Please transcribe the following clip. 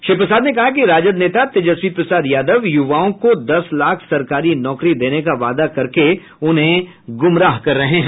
श्री प्रसाद ने कहा कि राजद नेता तेजस्वी प्रसाद यादव यूवाओं को दस लाख सरकारी नौकरी देने का वादा करके उन्हें गुमराह कर रहे हैं